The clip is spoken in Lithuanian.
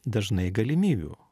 dažnai galimybių